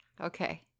Okay